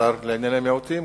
השר לענייני מיעוטים,